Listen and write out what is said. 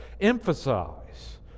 emphasize